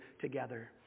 together